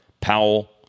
Powell